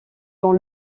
dans